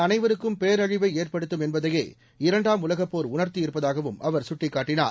அனைவருக்கும் பேரழிவை ஏற்படுத்தும் என்பதையே இரண்டாம் உலகப் போர் உணர்த்தியிருப்பதாகவும் அவர் சுட்டிக்காட்டினார்